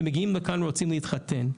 ומגיעים לכאן ורוצים להתחתן.